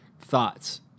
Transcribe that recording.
thoughts